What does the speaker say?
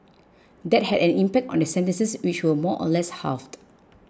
that had an impact on their sentences which were more or less halved